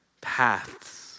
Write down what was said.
paths